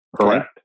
Correct